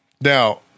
Now